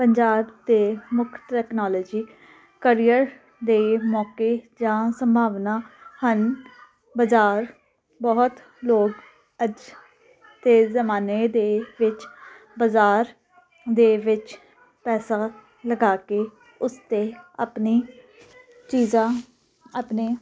ਪੰਜਾਬ ਦੇ ਮੁੱਖ technology career ਦੇ ਮੌਕੇ ਜਾਂ ਸੰਭਾਵਨਾ ਹਨ ਬਾਜ਼ਾਰ ਬਹੁਤ ਲੋਕ ਅੱਜ ਦੇ ਜ਼ਮਾਨੇ ਦੇ ਵਿੱਚ ਬਾਜ਼ਾਰ ਦੇ ਵਿੱਚ ਪੈਸਾ ਲਗਾ ਕੇ ਉਸ 'ਤੇ ਆਪਣੀ ਚੀਜ਼ਾਂ ਆਪਣੇ